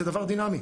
זה דבר דינמי.